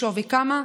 בשווי כמה?